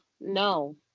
no